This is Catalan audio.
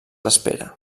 espera